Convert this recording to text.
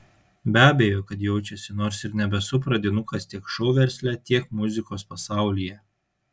be abejo kad jaučiasi nors ir nebesu pradinukas tiek šou versle tiek muzikos pasaulyje